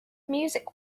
music